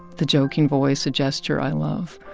the joking voice, a gesture i love,